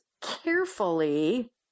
carefully